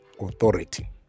authority